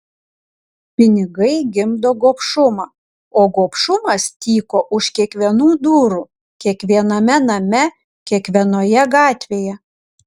pinigai gimdo gobšumą o gobšumas tyko už kiekvienų durų kiekviename name kiekvienoje gatvėje